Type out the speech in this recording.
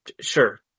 Sure